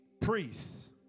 priests